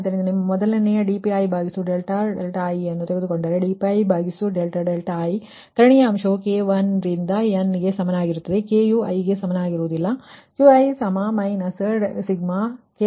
ಆದ್ದರಿಂದ ನಿಮ್ಮ ಮೊದಲನೆಯ dPi∆i ಅನ್ನು ತೆಗೆದುಕೊಂಡರೆ dPi∆i ಕರ್ಣೀಯ ಅಂಶವು k 1 ರಿಂದ n ಗೆ ಸಮಾನವಾಗಿರುತ್ತದೆ ಮತ್ತು k ಯು i ಗೆ ಸಮನಾಗಿರುವುದಿಲ್ಲ